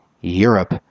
Europe